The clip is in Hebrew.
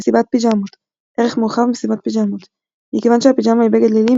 מסיבת פיג'מות ערך מורחב – מסיבת פיג'מות מכיוון שהפיג'מה היא בגד לילי,